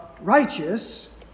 righteous